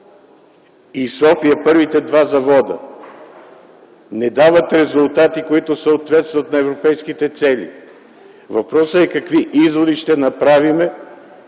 в София първите два завода не дават резултати, които съответстват на европейските цели, въпросът е: какви изводи ще направим